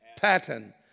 pattern